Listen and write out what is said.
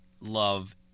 love